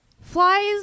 Flies